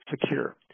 secure